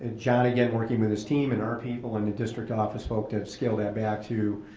john again working with his team and our people in the district office vote to have scaled that back to